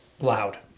loud